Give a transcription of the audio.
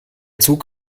zug